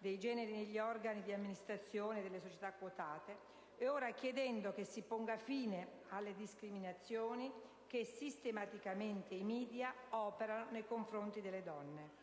negli organi di amministrazione delle società quotate e, ora, chiedendo che si ponga fine alle discriminazioni che sistematicamente i *media* operano nei confronti delle donne.